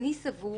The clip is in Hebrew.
אני סבור